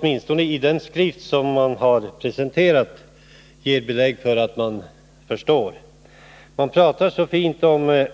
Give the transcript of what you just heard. Åtminstone ger inte den skrift som presenterats belägg för att man förstått frågorna. Man pratar så fint om